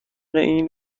این